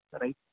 right